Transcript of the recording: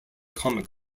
comic